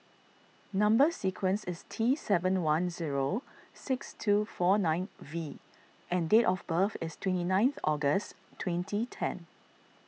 Number Sequence is T seven one zero six two four nine V and date of birth is twenty nine August twenty ten